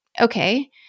okay